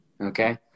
Okay